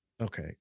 okay